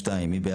3. מי נגד?